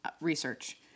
research